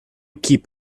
keep